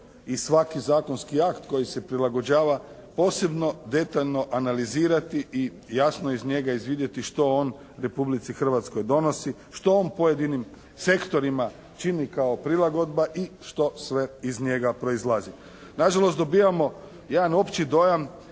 i svaki zakonski akt koji se prilagođava, posebno, detaljno analizirati i jasno iz njega izvidjeti što on Republici Hrvatskoj donosi, što on pojedinim sektorima čini kao prilagodba i što sve iz njega proizlazi. Nažalost, dobivamo jedan opći dojam